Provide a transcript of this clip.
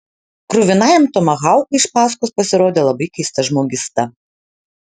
kruvinajam tomahaukui iš paskos pasirodė labai keista žmogysta